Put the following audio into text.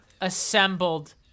assembled